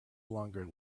longer